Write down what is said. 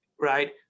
right